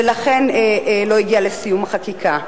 ולכן זה לא הגיע לסיום החקיקה.